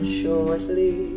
shortly